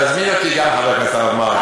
תזמין גם אותי, חבר הכנסת הרב מרגי.